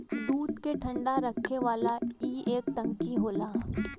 दूध के ठंडा रखे वाला ई एक टंकी होला